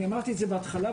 אמרתי זאת בהתחלה,